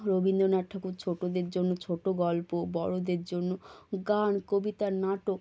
রবীন্দ্রনাথ ঠাকুর ছোটদের জন্য ছোট গল্প বড়দের জন্য গান কবিতা নাটক